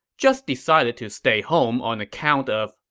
just decided to stay home on account of,